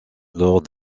lors